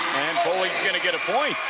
and foley is going to get a point.